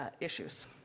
issues